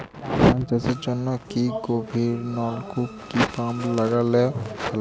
ধান চাষের জন্য গভিরনলকুপ কি পাম্প লাগালে ভালো?